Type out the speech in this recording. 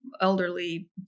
elderly